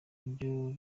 ibyo